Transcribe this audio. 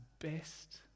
best